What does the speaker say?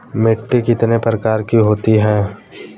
मिट्टी कितने प्रकार की होती हैं?